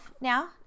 now